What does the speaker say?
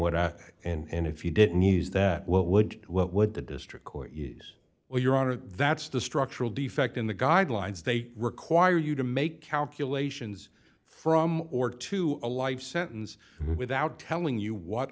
what and if you didn't use that what would what would the district court use or your honor that's the structural defect in the guidelines they require you to make calculations from or to a life sentence without telling you what